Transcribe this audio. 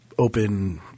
Open